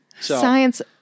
Science